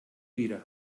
dira